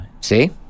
See